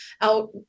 out